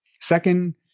Second